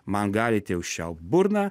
man galite užčiaupt burną